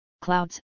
clouds